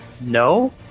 No